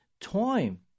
time